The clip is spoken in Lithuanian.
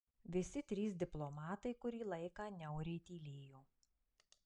visi trys diplomatai kurį laiką niauriai tylėjo